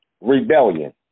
rebellion